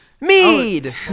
Mead